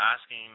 asking